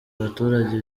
abaturage